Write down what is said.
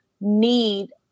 need